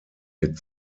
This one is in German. mit